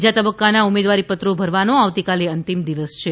બીજા તબક્કાના ઉમેદવારીપત્રો ભરવાનો આવતીકાલે અંતિમ દિવસ છે